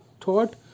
thought